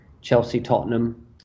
Chelsea-Tottenham